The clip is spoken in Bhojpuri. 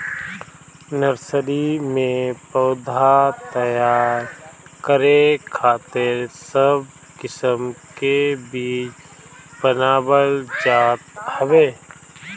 नर्सरी में पौधा तैयार करे खातिर सब किस्म के बीज बनावल जात हवे